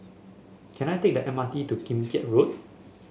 can I take the M R T to Kim Keat Road